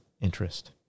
interest